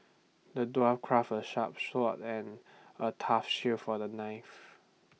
the dwarf craft A sharp sword and A tough shield for the knight